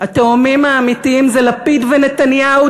התאומים האמיתיים הם לפיד ונתניהו,